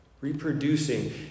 Reproducing